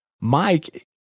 Mike